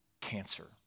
cancer